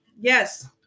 yes